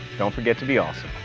don't forget to be awesome.